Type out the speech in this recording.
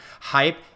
hype